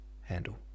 handle